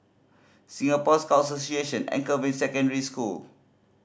Singapore Scout Association Anchorvale Secondary School